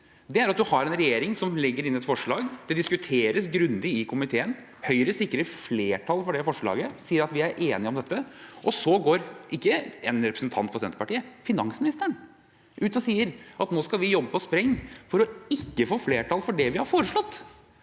nytt, er at man har en regjering som legger inn et forslag, det diskuteres grundig i komiteen, Høyre sikrer flertall for det forslaget og sier at vi er enige om dette. Så går ikke en representant for Senterpartiet, men finansministeren ut og sier at de nå skal jobbe på spreng for ikke å få flertall for det de har foreslått.